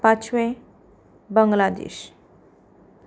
पांचवें बंगलादेश